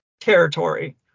territory